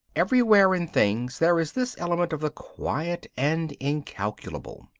everywhere in things there is this element of the quiet and incalculable.